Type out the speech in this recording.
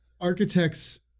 architects